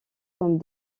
comme